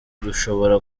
rushobora